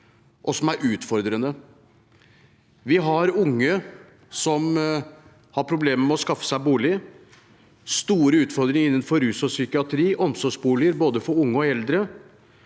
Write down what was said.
og som er utfordrende. Vi har unge som har problemer med å skaffe seg bolig. Vi har store utfordringer innenfor rus og psykiatri og med omsorgsboliger, for både unge og eldre.